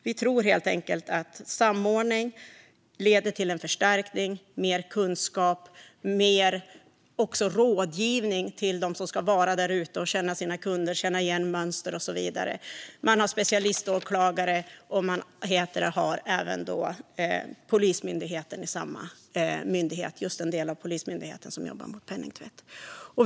Vi tror helt enkelt att samordning leder till en förstärkning, mer kunskap och mer rådgivning till dem som ska känna sina kunder, känna igen mönster och så vidare. Det finns specialiståklagare, och en del av Polismyndigheten jobbar mot penningtvätt.